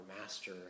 master